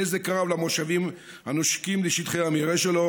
נזק רב למושבים הנושקים לשטחי המרעה שלו